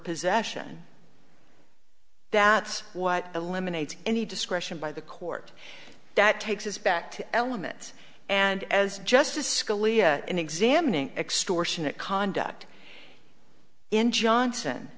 possession that's what eliminates any discretion by the court that takes us back to elements and as justice scalia in examining extortionate conduct in johnson